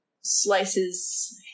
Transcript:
slices